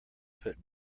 put